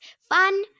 Fun